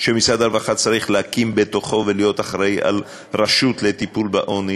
שמשרד הרווחה צריך להקים בתוכו רשות לטיפול בעוני,